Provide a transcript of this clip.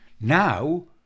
Now